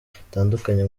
bitandukanye